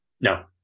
No